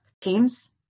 teams